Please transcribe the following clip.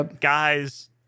Guys